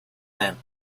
then